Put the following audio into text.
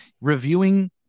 reviewing